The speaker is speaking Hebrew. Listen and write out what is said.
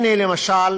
הנה למשל